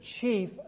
chief